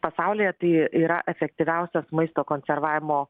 pasaulyje tai yra efektyviausias maisto konservavimo